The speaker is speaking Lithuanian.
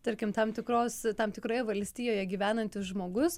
tarkim tam tikros tam tikroje valstijoje gyvenantis žmogus